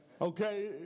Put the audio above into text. Okay